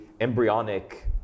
embryonic